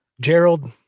Gerald